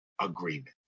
agreement